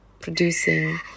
producing